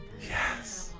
Yes